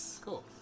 Cool